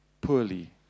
poorly